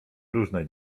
różne